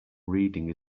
reading